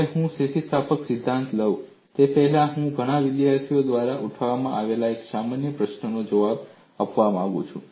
હવે હું સ્થિતિસ્થાપકતાનો સિદ્ધાંત લઉં તે પહેલાં હું ઘણા વિદ્યાર્થીઓ દ્વારા ઉઠાવવામાં આવેલા એક સામાન્ય પ્રશ્નનો જવાબ આપવા માંગુ છું